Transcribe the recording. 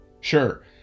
Sure